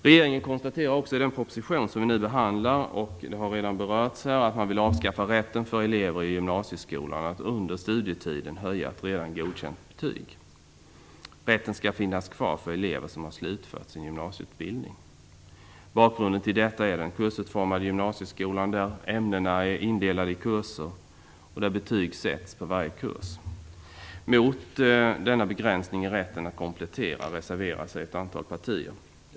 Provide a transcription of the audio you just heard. Regeringen konstaterar också i den proposition som vi nu behandlar att man vill avskaffa rätten för elever i gymnasiskolan att under studietiden höja ett redan godkänt betyg. Rätten skall finnas kvar för elever som har slutfört sin gymnasieutbildning. Bakgrunden till detta är den kursutformade gymnasiskolan, där ämnena är indelade i kurser och där betyg sätts på varje kurs. Mot denna begränsning i rätten att komplettera reserverar sig ett antal partier.